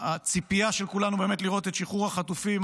הציפייה של כולנו באמת לראות את שחרור החטופים,